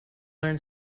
learn